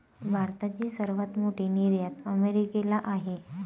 भारताची सर्वात मोठी निर्यात अमेरिकेला आहे